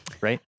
right